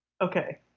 Okay